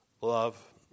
love